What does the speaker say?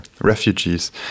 refugees